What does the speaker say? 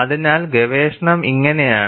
അതിനാൽ ഗവേഷണം ഇങ്ങനെയാണ്